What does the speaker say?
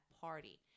party